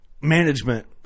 management